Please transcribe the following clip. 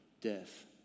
death